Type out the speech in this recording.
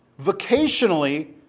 Vocationally